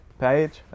page